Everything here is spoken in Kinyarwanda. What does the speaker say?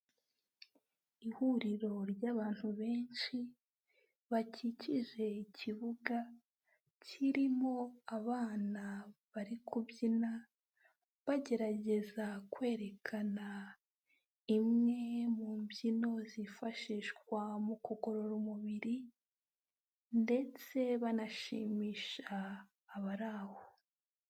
Ihuriro ry'abantu benshi, bakikije ikibuga kirimo abana bari kubyina, bagerageza kwerekana imwe mu mbyino zifashishwa mu kugorora umubiri ndetse banashimisha abari aho.